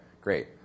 Great